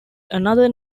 another